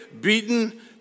beaten